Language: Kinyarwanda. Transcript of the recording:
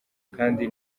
kandi